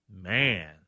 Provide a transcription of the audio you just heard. Man